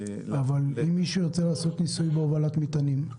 ואם מישהו ירצה לעשות ניסוי בהובלת מטענים?